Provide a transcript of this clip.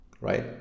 right